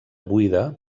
buida